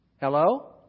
Hello